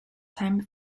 time